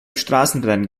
straßenrennen